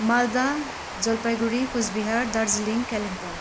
Malda Jalpaiguri Coochbehar Darjeeling Kalimpong